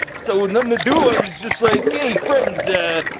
so, with nuttin to do, i was just like, hey, friends, ah.